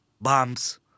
bombs